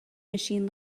machine